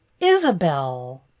isabel